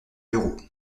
bureau